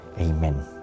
Amen